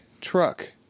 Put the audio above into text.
truck